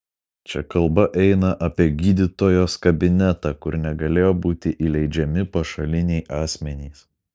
čia kalba eina apie gydytojos kabinetą kur negalėjo būti įleidžiami pašaliniai asmenys